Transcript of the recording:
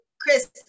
Chris